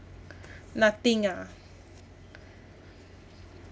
nothing ah